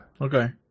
Okay